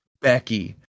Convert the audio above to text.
Becky